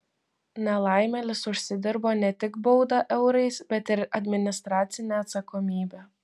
nelaimėlis užsidirbo ne tik baudą eurais bet ir administracinę atsakomybę